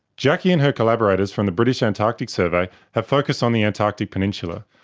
jacqui and her collaborators from the british antarctic survey have focused on the antarctic peninsula,